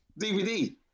DVD